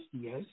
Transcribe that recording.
Yes